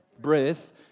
breath